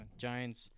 Giants